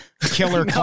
killer